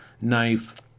knife